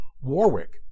Warwick